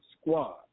squad